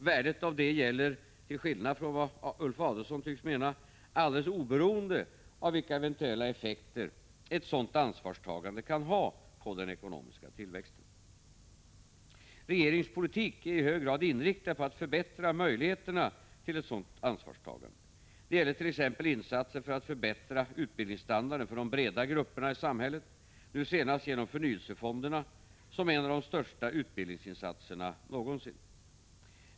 Värdet av detta gäller — till skillnad från vad Ulf Adelsohn tycks mena — alldeles oberoende av vilka eventuella effekter detta ansvarstagande kan ha på den ekonomiska tillväxten. Regeringens politik är i hög grad inriktad på att förbättra möjligheterna till ett sådant ansvarstagande. Det gäller t.ex. insatser för att förbättra utbildningsstandarden för de breda grupperna i samhället — nu senast genom förnyelsefonderna, som är en av de största utbildningsinsatserna någonsin.